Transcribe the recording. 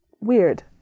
weird